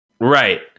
Right